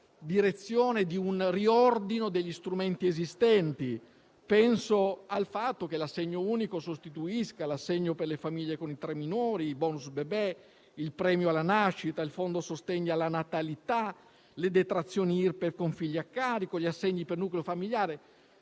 direzione di un riordino degli strumenti esistenti: penso al fatto che l'assegno unico sostituisca l'assegno per le famiglie con tre minori, il *bonus* bebè, il premio alla nascita, il fondo di sostegno alla natalità, le detrazioni Irpef con figli a carico, gli assegni per il nucleo familiare: